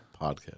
podcast